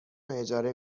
اجاره